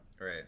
right